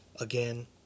Again